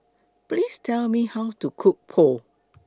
Please Tell Me How to Cook Pho